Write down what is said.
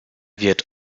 wird